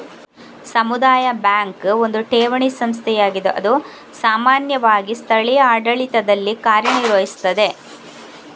ಸಮುದಾಯ ಬ್ಯಾಂಕು ಒಂದು ಠೇವಣಿ ಸಂಸ್ಥೆಯಾಗಿದ್ದು ಅದು ಸಾಮಾನ್ಯವಾಗಿ ಸ್ಥಳೀಯ ಆಡಳಿತದಲ್ಲಿ ಕಾರ್ಯ ನಿರ್ವಹಿಸ್ತದೆ